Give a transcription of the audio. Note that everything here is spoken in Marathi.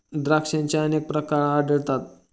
द्राक्षांचे अनेक प्रकार आढळतात